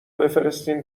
بفرستین